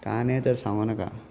कांदे तर सांगो नका